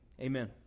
amen